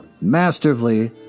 Masterfully